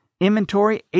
inventory